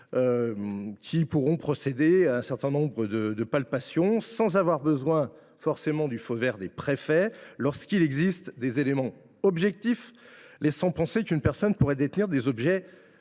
qui pourront procéder à des palpations sans avoir besoin du feu vert du préfet lorsqu’il existe des éléments objectifs laissant penser qu’une personne pourrait détenir des objets